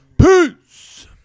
peace